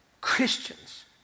Christians